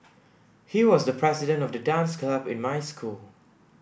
he was the president of the dance club in my school